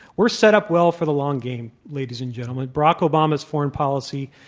we're set up well for the long game, ladies and gentlemen. barack obama's foreign policy,